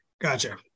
Gotcha